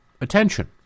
attention